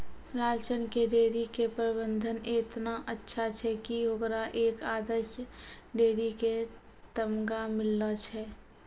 लालचन के डेयरी के प्रबंधन एतना अच्छा छै कि होकरा एक आदर्श डेयरी के तमगा मिललो छै